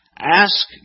Ask